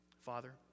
Father